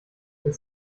das